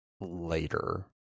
later